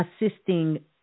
assisting